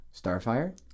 Starfire